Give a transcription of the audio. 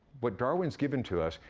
what darwin's given to us,